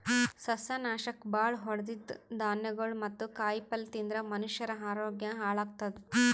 ಸಸ್ಯನಾಶಕ್ ಭಾಳ್ ಹೊಡದಿದ್ದ್ ಧಾನ್ಯಗೊಳ್ ಮತ್ತ್ ಕಾಯಿಪಲ್ಯ ತಿಂದ್ರ್ ಮನಷ್ಯರ ಆರೋಗ್ಯ ಹಾಳತದ್